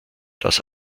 das